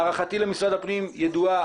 הערכתי למשרד הפנים ידועה,